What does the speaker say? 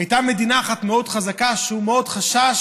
הייתה מדינה אחת מאוד חזקה שהוא מאוד חשש